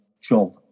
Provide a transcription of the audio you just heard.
job